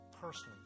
personally